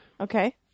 Okay